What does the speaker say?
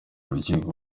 rukiko